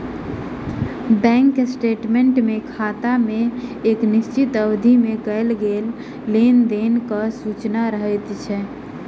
bank statement मे खाता मे एक निश्चित अवधि मे कयल गेल लेन देनक सूचना रहैत अछि